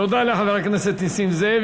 תודה לחבר הכנסת נסים זאב.